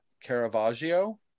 Caravaggio